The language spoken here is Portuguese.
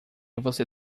você